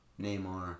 Neymar